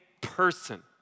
person